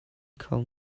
kho